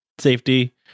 safety